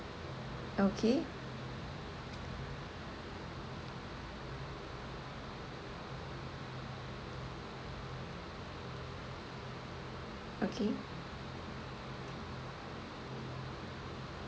okay okay